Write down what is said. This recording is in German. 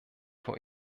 vor